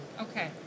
Okay